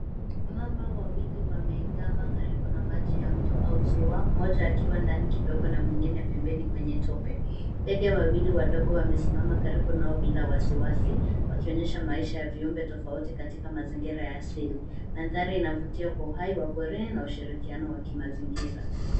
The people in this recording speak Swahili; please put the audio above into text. Mamba wawili wameegama karibu na maji mto au ziwa mmoja akiwa ndani kidogo na mwingine pembeni kwenye tope. Ndege wawili wadogo wamesimama karibu nao bila wasiwasi wakionyesha maisha ya viumbe tofauti katika mazingira ya asili. Mandhri inavutia kwa uhai wa bwerere na ushirikiano wa kimazingira.